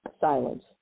silence